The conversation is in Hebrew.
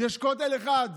יש כותל אחד.